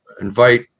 invite